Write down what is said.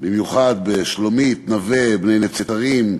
במיוחד בשלומית, נווה, בני-נצרים,